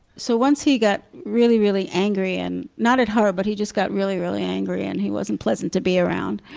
so once he got really really angry, and not at her, but he just got really really angry and he wasn't pleasant to be around.